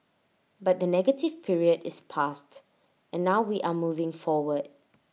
but the negative period is past and now we are moving forward